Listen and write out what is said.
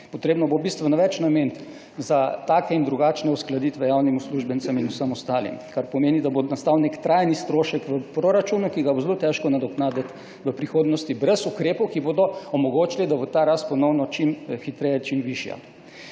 Potrebno bo bistveno več nameniti za take in drugačne uskladitve javnim uslužbencem in vsem ostalim, kar pomeni, da bo nastal nek trajni strošek v proračunu, ki ga bo zelo težko nadoknaditi v prihodnosti brez ukrepov, ki bodo omogočili, da bo ta rast ponovno čim hitreje, čim višja.